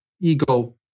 ego